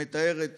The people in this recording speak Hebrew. מתארת